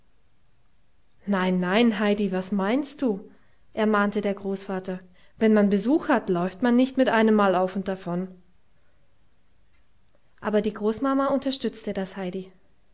nein nein heidi was meinst du ermahnte der großvater wenn man besuch hat läuft man nicht mit einemmal auf und davon aber die großmama unterstützte das heidi